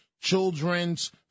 Children's